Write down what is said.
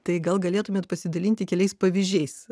tai gal galėtumėt pasidalinti keliais pavyzdžiais